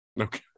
Okay